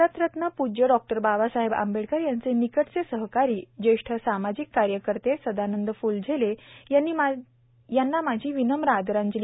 भारतरत्न पूज्य डॉ बाबासाहेब आंबेडकर यांचे निकटचे सहकारी जेष्ठ सामाजिक कार्यकर्ते सदानंदजी फ्लझेले यांना माझी विनम्र आदरांजली